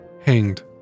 hanged